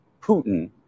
Putin